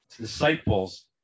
Disciples